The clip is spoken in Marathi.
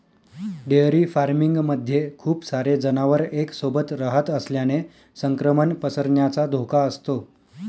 डेअरी फार्मिंग मध्ये खूप सारे जनावर एक सोबत रहात असल्याने संक्रमण पसरण्याचा धोका असतो